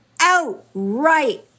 outright